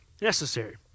necessary